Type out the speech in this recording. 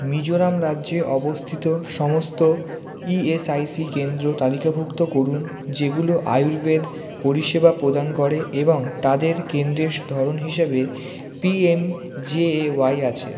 মিজোরাম রাজ্যে অবস্থিত সমস্ত ইএসআইসি কেন্দ্র তালিকাভুক্ত করুন যেগুলো আয়ুর্বেদ পরিষেবা প্রদান করে এবং তাদের কেন্দ্রের স ধরন হিসাবে পিএমজেএওয়াই আছে